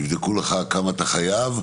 יבדקו לך כמה אתה חייב,